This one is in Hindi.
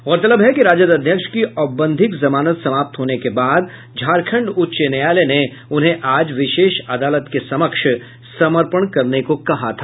गौरतलब है कि राजद अध्यक्ष की औपबंधिक जमानत समाप्त होने के बाद झारखंड उच्च न्यायालय ने उन्हें आज विशेष अदालत के समक्ष समर्पण करने को कहा था